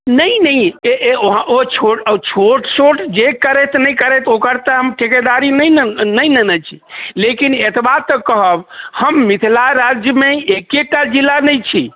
नहि नहि ओ छोट छोट जे करैत नहि करैत ओकर तऽ हम ठिकेदारी नहि ने नहि लेने छी लेकिन एतबा तऽ कहब हम मिथिला राज्यमे एकेटा जिला नहि छी